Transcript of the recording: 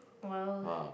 well